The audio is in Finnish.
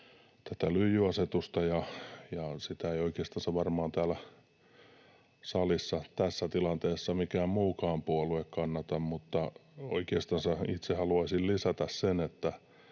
tätä lyijyasetusta, eikä sitä oikeastansa varmaan täällä salissa tässä tilanteessa mikään muukaan puolue kannata, mutta itse haluaisin lisätä sen, että